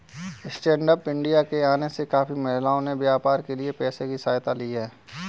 stand up India के आने से काफी महिलाओं ने व्यापार के लिए पैसों की सहायता ली है